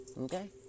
Okay